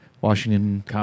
Washington